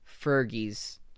Fergie's